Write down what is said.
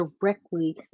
directly